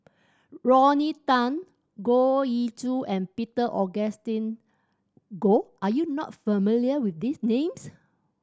Rodney Tan Goh Ee Choo and Peter Augustine Goh are you not familiar with these names